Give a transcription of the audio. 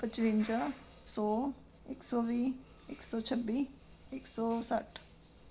ਪਚਵੰਜਾ ਸੌ ਇੱਕ ਸੌ ਵੀਹ ਇੱਕ ਸੌ ਛੱਬੀ ਇੱਕ ਸੌ ਸੱਠ